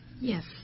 Yes